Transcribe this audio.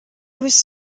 was